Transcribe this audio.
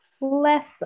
less